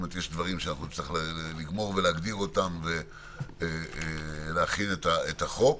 יש דברים שנצטרך לגמור ולהגדיר אותם ולהכין את החוק.